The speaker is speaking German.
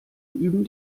üben